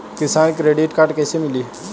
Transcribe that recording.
किसान credit card कइसे मिली?